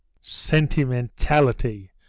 Sentimentality